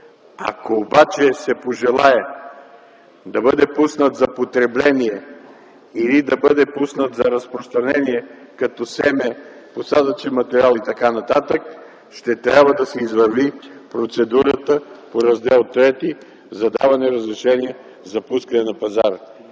Ако обаче се пожелае да бъде пуснат за потребление или да бъде пуснат за разпространение като семе, посадъчен материал и т.н., ще трябва да се извърви процедурата по Раздел ІІІ за даване разрешение за пускане на пазара.